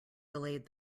delayed